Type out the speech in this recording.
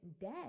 dead